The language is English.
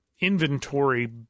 inventory